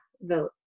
vote